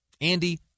Andy